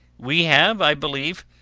we have, i believe,